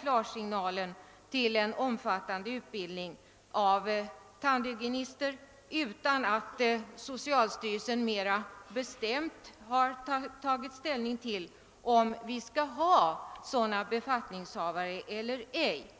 klarsignal för en omfattande utbildning av tandhygienister innan socialstyrelsen mera bestämt har tagit ställning till om vi skall ha sådana befattningshavare eller inte.